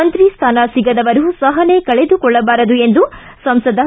ಮಂತ್ರಿ ಸ್ಥಾನ ಸಿಗದವರು ಸಹನೆ ಕಳೆದು ಕೊಳ್ಳಬಾರದು ಎಂದು ಸಂಸದ ಎಂ